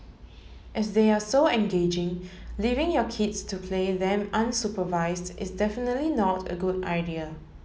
as they are so engaging leaving your kids to play them unsupervised is definitely not a good idea